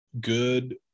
good